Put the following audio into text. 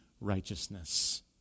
righteousness